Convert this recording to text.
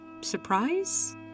surprise